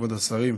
כבוד השרים,